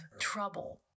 trouble